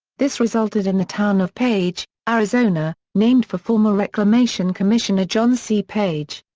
this resulted in the town of page, arizona, named for former reclamation commissioner john c. page.